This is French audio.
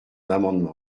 amendement